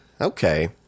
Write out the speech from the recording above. Okay